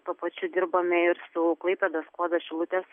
tuo pačiu dirbame ir su klaipėdos skuodo šilutės